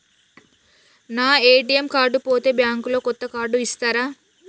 నా ATM card పోతే bank లో కొత్త కార్డు ఇస్తరా?